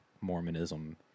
Mormonism